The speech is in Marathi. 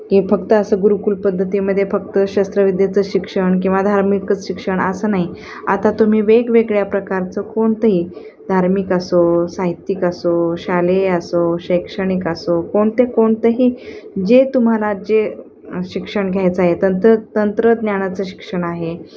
ते फक्त असं गुरुकुल पद्धतीमध्ये फक्त शस्त्रविद्येचं शिक्षण किंवा धार्मिकच शिक्षण असं नाही आता तुम्ही वेगवेगळ्या प्रकारचं कोणतही धार्मिक असो साहित्यिक असो शालेय असो शैक्षणिक असो कोणते कोणतंही जे तुम्हाला जे शिक्षण घ्यायचं आहे तंत्र तंत्रज्ञानाचं शिक्षण आहे